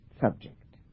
subject